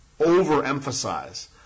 overemphasize